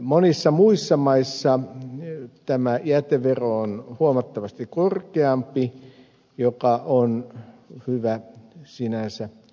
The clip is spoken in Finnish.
monissa muissa maissa tämä jätevero on huomattavasti korkeampi mikä on hyvä sinänsä huomioida